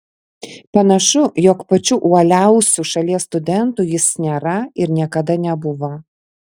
panašu jog pačiu uoliausiu šalies studentu jis nėra ir niekada nebuvo